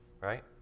right